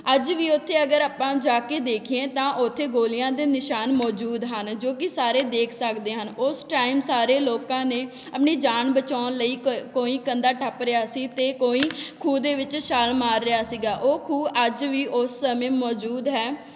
ਅੱਜ ਵੀ ਉੱਥੇ ਅਗਰ ਆਪਾਂ ਜਾ ਕੇ ਦੇਖੀਏ ਤਾਂ ਉੱਥੇ ਗੋਲੀਆਂ ਦੇ ਨਿਸ਼ਾਨ ਮੌਜੂਦ ਹਨ ਜੋ ਕਿ ਸਾਰੇ ਦੇਖ ਸਕਦੇ ਹਨ ਉਸ ਟਾਈਮ ਸਾਰੇ ਲੋਕਾਂ ਨੇ ਆਪਣੀ ਜਾਨ ਬਚਾਉਣ ਲਈ ਕ ਕੋਈ ਕੰਧਾਂ ਟੱਪ ਰਿਹਾ ਸੀ ਅਤੇ ਕੋਈ ਖੂਹ ਦੇ ਵਿੱਚ ਛਾਲ ਮਾਰ ਰਿਹਾ ਸੀਗਾ ਉਹ ਖੂਹ ਅੱਜ ਵੀ ਉਸ ਸਮੇਂ ਮੌਜੂਦ ਹੈ